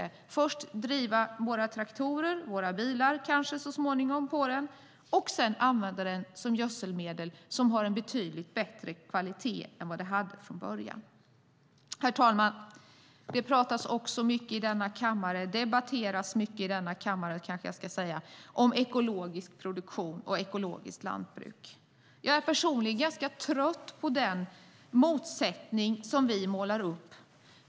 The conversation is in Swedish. Det handlar först om att driva våra traktorer och kanske så småningom våra bilar på den och sedan använda den som gödselmedel som har en betydligt bättre kvalitet än vad den hade från början. Herr talman! Det debatteras också mycket i denna kammare om ekologisk produktion och ekologiskt lantbruk. Jag är personligen ganska trött på den motsättning som vi målar upp.